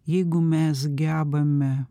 jeigu mes gebame